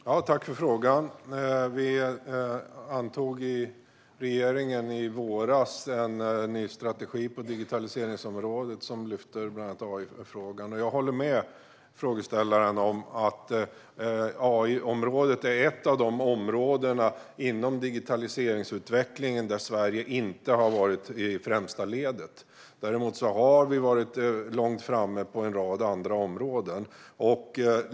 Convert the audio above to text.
Fru talman! Tack för frågan! Regeringen antog i våras en ny strategi på digitaliseringsområdet, där bland annat AI-frågan lyftes upp. Jag håller med frågeställaren om att AI-området är ett av de områden inom digitaliseringsutvecklingen där Sverige inte har varit i det främsta ledet. Vi har däremot legat långt framme på en rad andra områden.